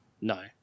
no